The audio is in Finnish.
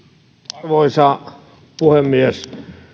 arvoisa puhemies